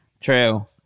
True